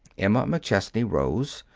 emma mcchesney rose.